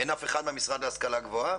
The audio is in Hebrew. אין אף אחד מהמשרד להשכלה גבוהה?